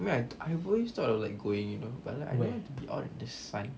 right I always thought of like going you know but I like don't want to be out in the sun